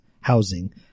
housing